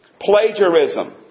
plagiarism